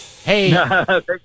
Hey